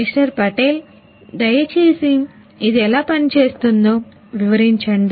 mister Patel దయచేసి ఇది ఎలా పనిచేస్తుందో వివరించండి